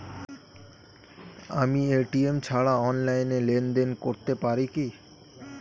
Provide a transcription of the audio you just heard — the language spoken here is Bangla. আমি এ.টি.এম ছাড়া অনলাইনে লেনদেন করতে পারি কি?